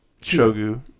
Shogu